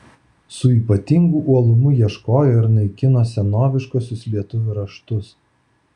su ypatingu uolumu ieškojo ir naikino senoviškuosius lietuvių raštus